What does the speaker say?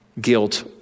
guilt